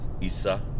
Isa